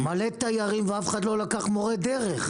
מלא תיירים ואף אחד לא לקח מורה דרך.